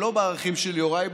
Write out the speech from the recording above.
היא לא בערכים של יוראי,